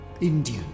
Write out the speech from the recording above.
India